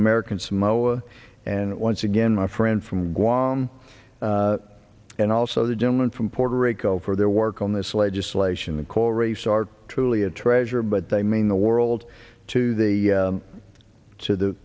american samoa and once again my friend from guam and also the gentleman from puerto rico for their work on this legislation the coral reefs are truly a treasure but they mean the world to the to the